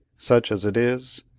such as it is,